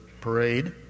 parade